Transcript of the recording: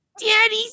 daddy